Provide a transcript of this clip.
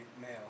male